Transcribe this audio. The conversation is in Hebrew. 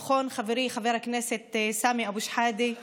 נכון, חברי חבר הכנסת סמי אבו שחאדה?